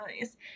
nice